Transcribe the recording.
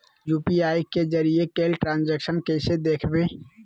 UPI के जरिए कैल ट्रांजेक्शन कैसे देखबै?